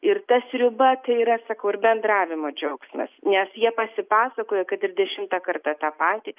ir ta sriuba tai yra sakau ir bendravimo džiaugsmas nes jie pasipasakoja kad ir dešimtą kartą tą patį